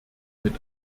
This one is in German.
mit